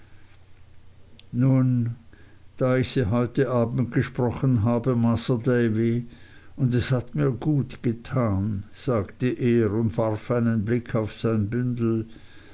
nun da ich sie heute abends gesprochen habe masr davy und es hat mir gut getan sagte er und warf einen blick auf sein bündel